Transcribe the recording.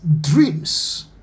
dreams